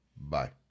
Bye